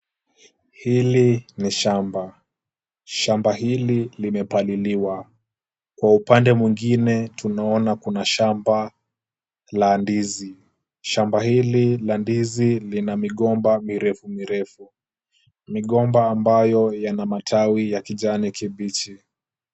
Hili ni shamba. Shamba hili limepaliliwa. Kwa upande mwingine tunaona kuna shamba la ndizi. Shamba hili la ndizi lina migomba mirefu mirefu, migomba ambayo yana matawi ya kijani kibichi.